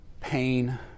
pain